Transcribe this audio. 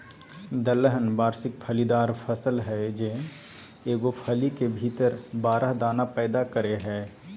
दलहन वार्षिक फलीदार फसल हइ जे एगो फली के भीतर बारह दाना पैदा करेय हइ